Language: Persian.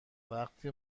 وقتی